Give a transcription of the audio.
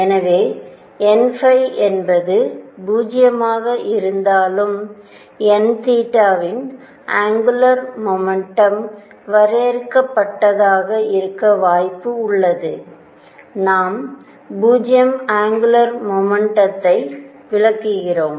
எனவே n என்பது 0 ஆக இருந்தாலும் n இன் அங்குலார் மொமெண்டம் வரையறுக்கப்பட்டதாக இருக்க வாய்ப்பு உள்ளது நாம் 0 அங்குலார் மொமெண்டத்தை விலக்குகிறோம்